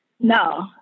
No